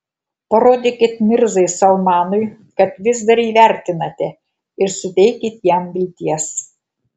parodykit mirzai salmanui kad vis dar jį vertinate ir suteikit jam vilties